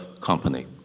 company